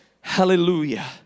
Hallelujah